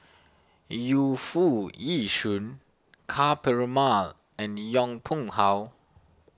Yu Foo Yee Shoon Ka Perumal and Yong Pung How